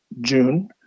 June